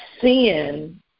sin